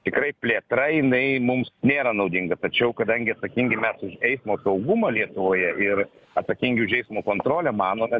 tikrai plėtra jinai mums nėra naudinga tačiau kadangi atsakingi mes už eismo saugumą lietuvoje ir atsakingi už eismo kontrolę manome